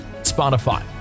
Spotify